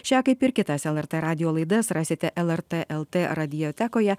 šią kaip ir kitas lrt radijo laidas rasite lrt lt radiotekoje